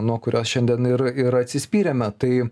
nuo kurios šiandien ir ir atsispyrėme tai